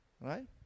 Right